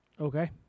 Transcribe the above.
Okay